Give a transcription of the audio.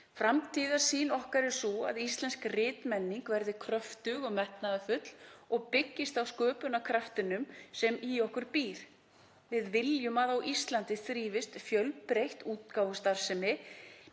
Framtíðarsýn okkar er sú að íslensk ritmenning verði kröftug og metnaðarfull og byggist á sköpunarkraftinum sem í okkur býr. Við viljum að á Íslandi þrífist fjölbreytt útgáfustarfsemi